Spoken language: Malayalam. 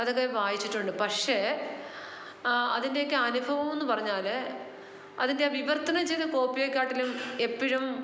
അതൊക്കെ വായിച്ചിട്ടുണ്ട് പക്ഷേ അതിന്റെയൊക്കെ അനുഭവം എന്ന് പറഞ്ഞാൽ അതിന്റെ വിവര്ത്തനം ചെയ്ത കോപ്പിയേക്കാട്ടിലും എപ്പോഴും